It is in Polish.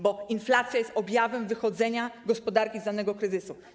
bo inflacja jest objawem wychodzenia gospodarki z danego kryzysu.